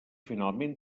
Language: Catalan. finalment